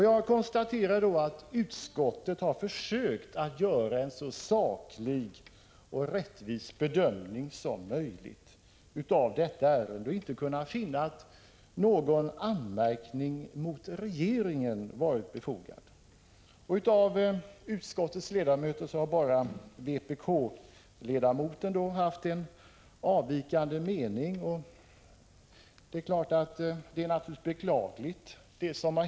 Jag konstaterar att utskottet har försökt göra en så saklig och rättvis bedömning som möjligt av detta ärende och inte kunnat finna att någon anmärkning mot regeringen varit befogad. Av utskottets ledamöter har bara vpk-ledamoten haft en avvikande mening. Naturligtvis är det som hänt Richholtz beklagligt.